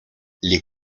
les